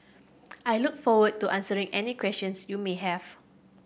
I look forward to answering any questions you may have